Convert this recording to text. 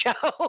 show